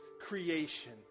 creation